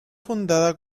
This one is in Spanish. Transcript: fundada